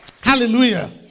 hallelujah